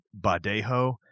Badejo